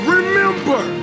Remember